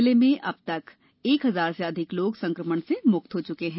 जिले में अब तक एक हजार से अधिक लोग संक्रमण से मुक्त हो चुके हैं